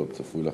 עוד צפוי לך.